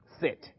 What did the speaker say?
sit